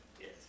Yes